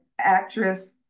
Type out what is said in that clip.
actress